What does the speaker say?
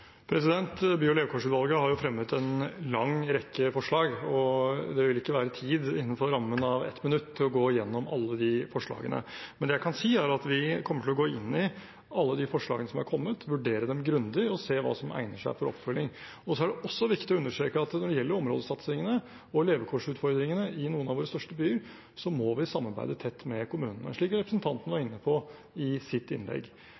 levekårsutvalget har jo fremmet en lang rekke forslag, og det vil ikke være tid innenfor rammen av ett minutt til å gå igjennom alle de forslagene. Men det jeg kan si, er at vi kommer til å gå inn i alle de forslagene som er kommet, vurdere dem grundig og se hva som egner seg for oppfølging. Så er det også viktig å understreke at når det gjelder områdesatsingene og levekårsutfordringene i noen av våre største byer, må vi samarbeide tett med kommunene, slik representanten var inne på i sitt innlegg.